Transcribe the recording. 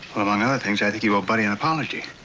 among other things, i think you owe buddy an apology.